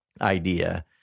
idea